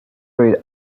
read